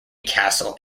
castle